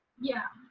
yeah.